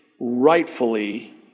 Rightfully